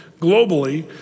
globally